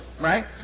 right